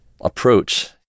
approach